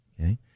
okay